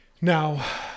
Now